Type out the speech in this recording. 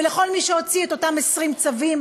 ולכל מי שהוציא את אותם 20 צווים,